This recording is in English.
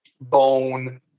bone